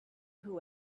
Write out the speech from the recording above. who